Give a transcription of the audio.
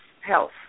Health